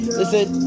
listen